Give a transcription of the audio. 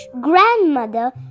Grandmother